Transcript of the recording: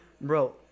Bro